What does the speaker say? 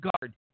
guard